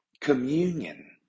communion